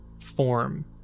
form